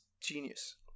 Genius